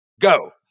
Go